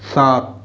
सात